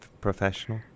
professional